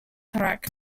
truck